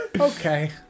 Okay